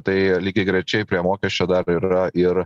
tai lygiagrečiai prie mokesčio dar yra ir